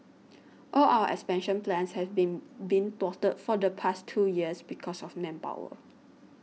all our expansion plans have been been thwarted for the past two years because of manpower